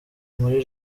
muri